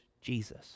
Jesus